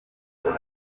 dans